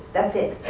that's it.